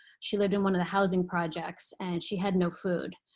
she lived in one of the housing projects. and she had no food.